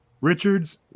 Richards